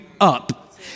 up